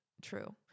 true